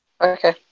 Okay